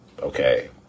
Okay